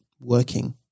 working